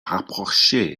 rapproché